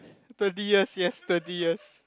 thirty years yes thirty years